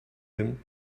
him